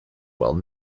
while